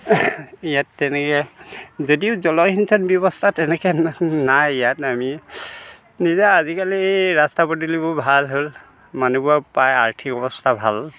ইয়াত তেনেকৈ যদিও জলসিঞ্চন ব্যৱস্থা তেনেকৈ নাই ইয়াত আমি নিজে আজিকালি ৰাস্তা পদূলিবোৰ ভাল হ'ল মানুহবোৰৰ প্ৰায় আৰ্থিক অৱস্থা ভাল